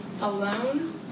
alone